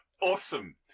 Awesome